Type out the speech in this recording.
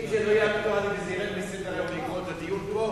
אם זה לא יהיה אקטואלי וזה ירד מסדר-היום בעקבות הדיון פה,